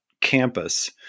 campus